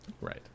Right